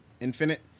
Infinite